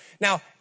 Now